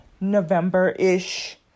November-ish